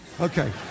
Okay